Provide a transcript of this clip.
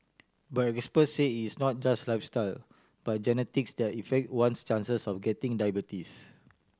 but experts say it's not just lifestyle but genetics that effect one's chances of getting diabetes